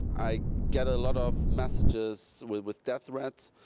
i get a lot of messages with with death threats.